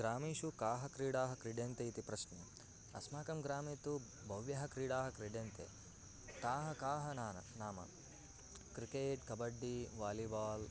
ग्रामेषु काः क्रीडाः क्रीड्यन्ते इति प्रश्ने अस्माकं ग्रामे तु बह्व्यः क्रीडाः क्रीड्यन्ते ताः काः नाम नाम क्रिकेट् कबड्डि वालिबाल्